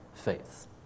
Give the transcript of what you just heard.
faith